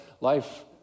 life